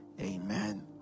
Amen